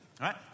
right